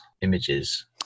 images